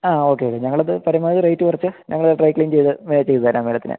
ആ okay okay ഞങ്ങളത് പരമാവധി റേറ്റ് കുറച്ച് ഞങ്ങൾ ഡ്രൈ ക്ലീന് ചെയ്ത് വേണേൽ ചെയ്ത് തരാം മാഡത്തിന്